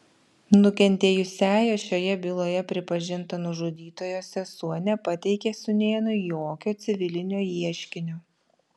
nukentėjusiąja šioje byloje pripažinta nužudytojo sesuo nepateikė sūnėnui jokio civilinio ieškinio